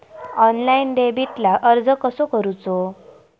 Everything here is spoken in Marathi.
ऑनलाइन डेबिटला अर्ज कसो करूचो?